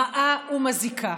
רעה ומזיקה.